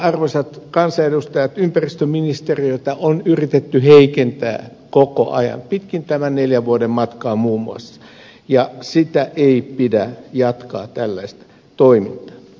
arvoisat kansanedustajat ympäristöministeriötä on yritetty heikentää koko ajan pitkin tämän neljän vuoden matkaa muun muassa ja sitä ei pidä jatkaa tällaista toimintaa